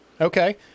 Okay